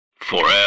forever